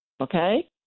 Okay